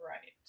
Right